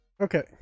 Okay